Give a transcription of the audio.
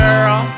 Girl